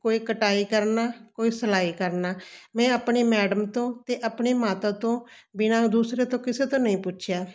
ਕੋਈ ਕਟਾਈ ਕਰਨਾ ਕੋਈ ਸਿਲਾਈ ਕਰਨਾ ਮੈਂ ਆਪਣੇ ਮੈਡਮ ਤੋਂ ਅਤੇ ਆਪਣੇ ਮਾਤਾ ਤੋਂ ਬਿਨਾਂ ਦੂਸਰੇ ਤੋਂ ਕਿਸੇ ਤੋਂ ਨਹੀਂ ਪੁੱਛਿਆ